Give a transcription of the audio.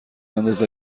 انداز